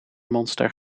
monster